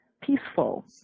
peaceful